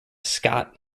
scott